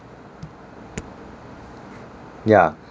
yeah